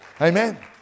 amen